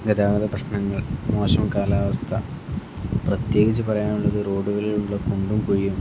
ഗതാഗത പ്രശ്നങ്ങൾ മോശം കാലാവസ്ഥ പ്രത്യേകിച്ച് പറയാനുള്ളത് റോഡുകളിലുള്ള കുണ്ടും കുഴിയും